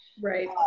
Right